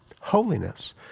holiness